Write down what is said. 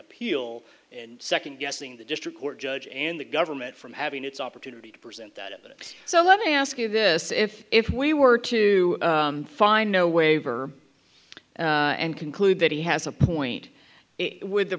appeal and second guessing the district court judge and the government from having its opportunity to present that it so let me ask you this if if we were to find no waiver and conclude that he has a point